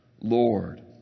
Lord